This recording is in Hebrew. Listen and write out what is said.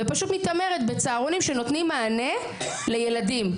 ופשוט מתעמרת בצהרונים שנותנים מענה לילדים.